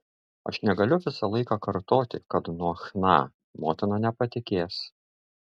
aš negaliu visą laiką kartoti kad nuo chna motina nepatikės